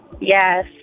Yes